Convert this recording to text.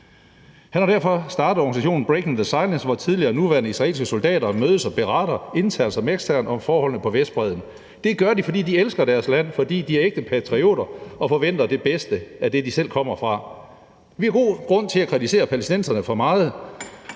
Han har derfor startet organisationen Breaking the Silence, hvor tidligere og nuværende israelske soldater mødes og beretter internt som eksternt om forholdene på Vestbredden. Det gør de, fordi de elsker deres land, fordi de er ægte patrioter, og forventer det bedste af det, de selv kommer fra. Vi har god grund til at kritisere palæstinenserne for meget,